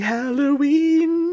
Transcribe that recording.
Halloween